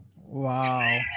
wow